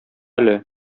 әле